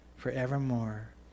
forevermore